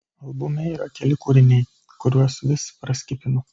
albume yra keli kūriniai kuriuos vis praskipinu